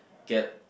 get